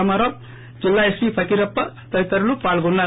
రామారావు జిల్లా ఎస్పీ ఫకీరప్ప తదితరులు పాల్గొన్నారు